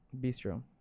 Bistro